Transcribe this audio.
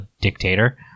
dictator